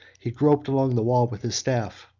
he groped along the wall with his staff.